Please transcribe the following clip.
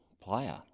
player